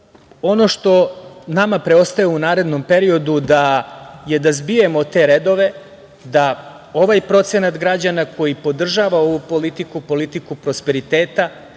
ono što nama preostaje u narednom periodu je da zbijemo te redove, da ovaj procenat građana koji podržava ovu politiku, politiku prosperiteta,